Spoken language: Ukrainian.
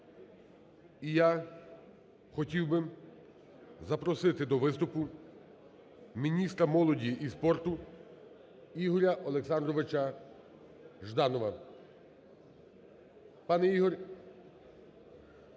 І я хотів би запросити до виступу міністра молоді і спорту Ігоря Олександровича Жданова.